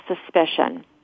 suspicion